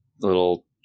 little